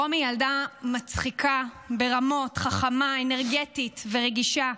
רומי ילדה מצחיקה ברמות, חכמה, אנרגטית ורגישה.